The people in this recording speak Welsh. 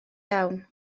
iawn